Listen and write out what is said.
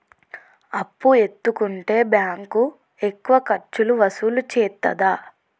అప్పు ఎత్తుకుంటే బ్యాంకు ఎక్కువ ఖర్చులు వసూలు చేత్తదా?